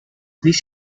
this